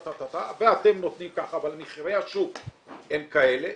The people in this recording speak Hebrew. ואתם נותנים ככה, אבל מחירי השוק הם כאלה.